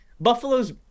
Buffalo's